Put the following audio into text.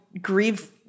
grieve